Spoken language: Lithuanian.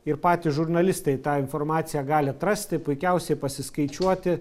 ir patys žurnalistai tą informaciją gali atrasti puikiausiai pasiskaičiuoti